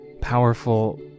Powerful